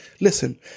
Listen